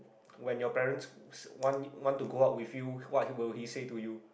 when your parents want want to go out with you what will he say to you